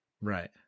right